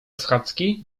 schadzki